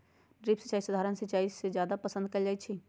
drip सिंचाई सधारण सिंचाई से जादे पसंद कएल जाई छई